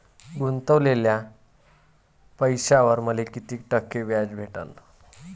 गुतवलेल्या पैशावर मले कितीक टक्के व्याज भेटन?